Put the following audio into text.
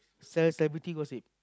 sell celebrity gossip